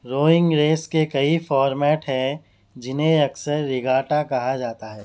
rowing race کے کئی format ہے جنہیں اکثر ریگاٹا کہا جاتا ہے